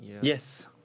Yes